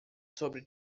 sobre